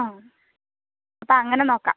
ആ അപ്പോൾ അങ്ങനെ നോക്കാം